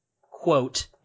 quote